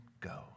go